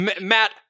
Matt